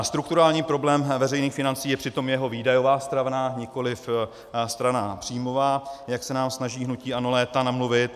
Strukturální problém veřejných financí je přitom jeho výdajová strana, nikoliv strana příjmová, jak se nám snaží hnutí ANO léta namluvit.